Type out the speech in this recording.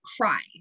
cry